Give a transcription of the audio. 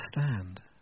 understand